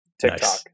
TikTok